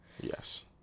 Yes